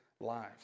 lives